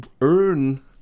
earn